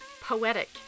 poetic